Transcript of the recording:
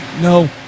No